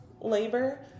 labor